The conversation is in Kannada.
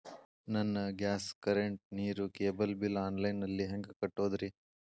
ನನ್ನ ಗ್ಯಾಸ್, ಕರೆಂಟ್, ನೇರು, ಕೇಬಲ್ ಬಿಲ್ ಆನ್ಲೈನ್ ನಲ್ಲಿ ಹೆಂಗ್ ಕಟ್ಟೋದ್ರಿ?